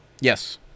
Yes